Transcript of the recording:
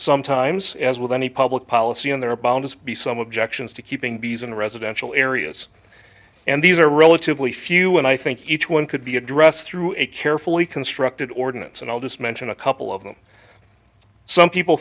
sometimes as with any public policy and there are bound as be some objections to keeping bees in residential areas and these are relatively few and i think each one could be addressed through a carefully constructed ordinance and i'll just mention a couple of them some people